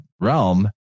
realm